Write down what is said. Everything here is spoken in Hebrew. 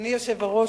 אדוני היושב-ראש,